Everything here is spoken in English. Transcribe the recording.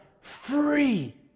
free